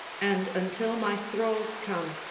and until my thralls come,